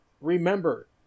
remember